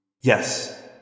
Yes